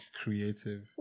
creative